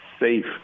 Safe